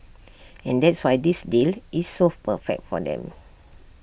and that's why this deal is so perfect for them